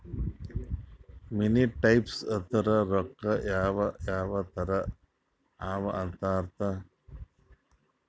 ಮನಿ types ಅಂದುರ್ ರೊಕ್ಕಾ ಯಾವ್ ಯಾವ್ ತರ ಅವ ಅಂತ್ ಅರ್ಥ